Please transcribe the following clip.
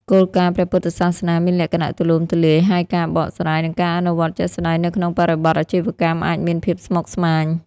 គោលការណ៍ព្រះពុទ្ធសាសនាមានលក្ខណៈទូលំទូលាយ ហើយការបកស្រាយ និងការអនុវត្តជាក់ស្តែងនៅក្នុងបរិបទអាជីវកម្មអាចមានភាពស្មុគស្មាញ។